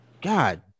God